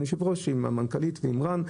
עם המנכ"לית ועם רן שדמי.